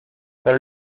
pero